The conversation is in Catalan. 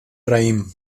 raïm